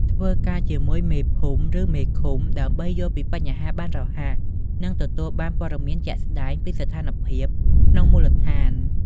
ធ្វើការជាមួយ មេភូមិ ឬមេឃុំ ដើម្បីយល់ពីបញ្ហាបានរហ័ស និងទទួលបានព័ត៌មានជាក់ស្ដែងពីស្ថានភាពក្នុងមូលដ្ឋាន។